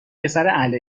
پسراهل